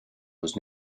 was